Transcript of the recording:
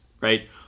right